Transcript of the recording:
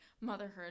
motherhood